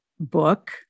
book